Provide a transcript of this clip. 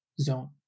zone